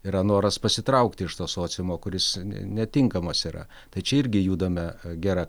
yra noras pasitraukti iš to sociumo kuris ne netinkamas yra tad čia irgi judame gera